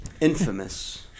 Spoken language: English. Infamous